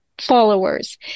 followers